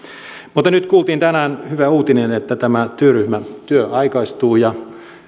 mutta tänään kuultiin hyvä uutinen että tämä työryhmän työ aikaistuu ja